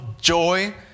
joy